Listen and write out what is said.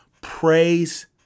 praise